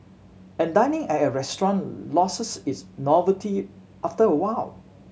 and dining at a restaurant loses its novelty after a while